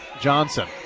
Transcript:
Johnson